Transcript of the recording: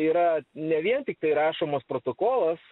yra ne vien tiktai rašomas protokolas